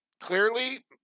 clearly